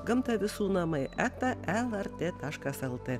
gamta visų namai eta lrt taškas lt